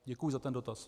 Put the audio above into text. Děkuji za ten dotaz.